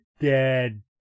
dead